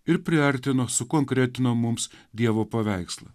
ir priartino sukonkretino mums dievo paveikslą